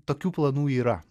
tokių planų yra